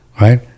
right